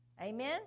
Amen